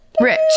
Rich